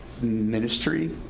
ministry